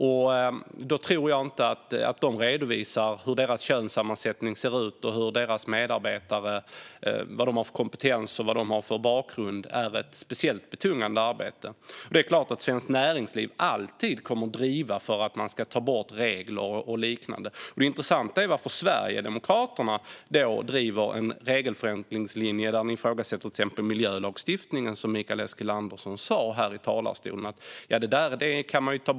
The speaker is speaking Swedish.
Jag tror inte att det är ett speciellt betungande arbete för dem att redovisa hur könssammansättningen ser ut och vilken kompetens eller bakgrund medarbetarna har. Svenskt Näringsliv kommer såklart alltid att driva på för att regler och liknande tas bort. Det intressanta är frågan om varför Sverigedemokraterna driver en regelförenklingslinje och exempelvis ifrågasätter miljölagstiftningen, vilket Mikael Eskilandersson gjorde här i talarstolen. Han sa att man kunde ta bort det där.